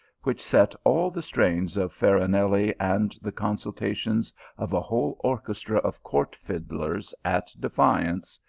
which set all the strains of farinelli, and the consult, ens of a whole orchestra of court fiddlers, at defiance,